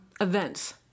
events